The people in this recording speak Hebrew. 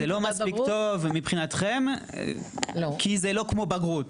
זה לא מספיק טוב מבחינתכם כי זה לא כמו בגרות?